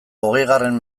hogeigarren